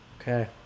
Okay